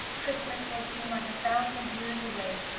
christmas will seem like a thousand years away.